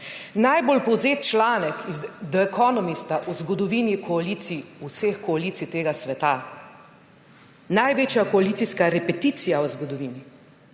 Najbolj povzete članek The Economista v zgodovini koalicij vseh koalicij tega sveta, največja koalicijska repeticija v zgodovini,